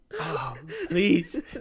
Please